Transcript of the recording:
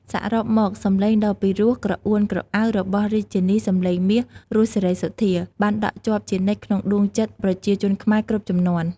សរុបមក សំឡេងដ៏ពីរោះក្រអួនក្រអៅរបស់រាជិនីសំឡេងមាស រស់ សេរីសុទ្ធា បានដក់ជាប់ជានិច្ចក្នុងដួងចិត្តប្រជាជនខ្មែរគ្រប់ជំនាន់។